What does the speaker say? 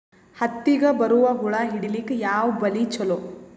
ಹತ್ತಿಗ ಬರುವ ಹುಳ ಹಿಡೀಲಿಕ ಯಾವ ಬಲಿ ಚಲೋ?